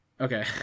Okay